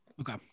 Okay